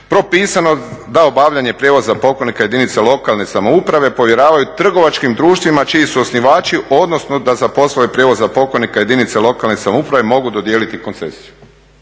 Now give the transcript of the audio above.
propisano da obavljanje prijevoza pokojnika jedinice lokalne samouprave povjeravaju trgovačkim društvima čiji su osnivački, odnosno da za poslove prijevoza pokojnika jedinice lokalne samouprave mogu dodijeliti koncesiju.